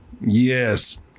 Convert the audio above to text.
Yes